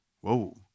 Whoa